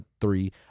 three